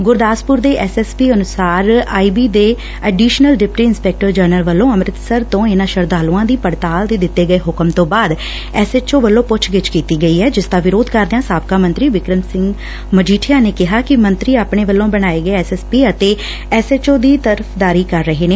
ਗੁਰਦਾਸਪੁਰ ਦੇ S S P ਅਨੁਸਾਰ I B ਦੇ ਐਡੀਸ਼ਨਲ ਡਿਪਟੀ ਇੰਸਪੈਕਟਰ ਜਨਰਲ ਵੱਲੋਂ ਅੰਮ੍ਤਿਸਰ ਤੋਂ ਇਨ੍ਹਾਂ ਸ਼ਰਧਾਲੂਆ ਦੀ ਪੜਤਾਲ ਦੇ ਦਿੱਤੇ ਗਏ ਹੁਕਮ ਤੋਂ ਬਾਅਦ ਐਸ ਐਚ ਓ ਵੱਲੋਂ ਪੁੱਛ ਗਿਛ ਕੀਤੀ ਗਈ ਐੱ ਜਿਸਦਾ ਵਿਰੋਧ ਕਰਦਿਆਂ ਸਾਬਕਾ ਮੰਤਰੀ ਬਿਕਰਮ ਸਿੰਘ ਮਜੀਠੀਆ ਨੇ ਕਿਹਾ ਕਿ ਮੰਤਰੀ ਆਪਣੇ ਵੱਲੋਂ ਲਵਾਏ ਗਏ ਐਸ ਐਸ ਪੀ ਅਤੇ ਐਸ ਐਚ ਓ ਦੀ ਤਰਫ਼ਦਾਰੀ ਕਰ ਰਹੇ ਨੇ